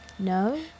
No